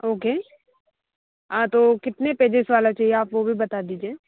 okay तो हाँ तो कितने पेजस वाला चाहिए आप वो भी बता दीजिए